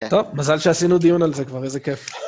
טוב, מזל שעשינו דיון על זה כבר, איזה כיף.